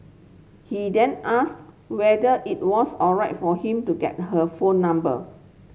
he then asked whether it was alright for him to get her phone number